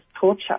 torture